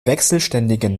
wechselständigen